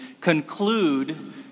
conclude